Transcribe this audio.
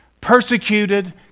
persecuted